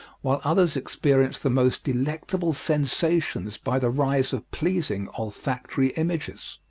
while others experience the most delectable sensations by the rise of pleasing olfactory images.